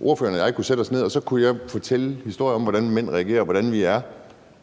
Ordføreren og jeg kunne sætte os ned, og så kunne jeg fortælle historier om, hvordan mænd reagerer, og hvordan vi er,